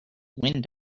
wind